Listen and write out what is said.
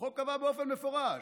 החוק קבע באופן מפורש: